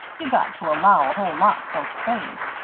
you got to allow a whole lot for to fade.